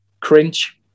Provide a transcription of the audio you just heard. cringe